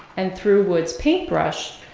and through wood's paintbrush,